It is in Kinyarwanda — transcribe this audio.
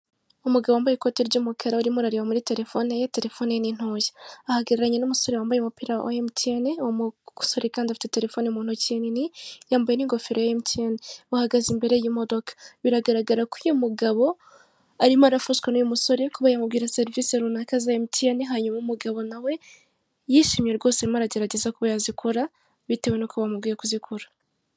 Icyapa cyamamaza inzoga ya AMSTEL, hariho icupa ry'AMSTEL ripfundikiye, hakaba hariho n'ikirahure cyasutswemo inzoga ya AMSTEL, munsi yaho hari imodoka ikindi kandi hejuru yaho cyangwa k'uruhande rwaho hari inzu. Ushobora kwibaza ngo AMSTEL ni iki? AMSTEL ni ubwoko bw'inzoga busembuye ikundwa n'abanyarwanada benshi, abantu benshi bakunda inzoga cyangwa banywa inzoga zisembuye, bakunda kwifatira AMSTEL.